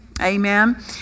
Amen